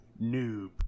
noob